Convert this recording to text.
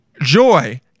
joy